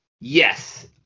Yes